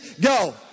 Go